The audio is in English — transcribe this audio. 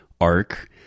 arc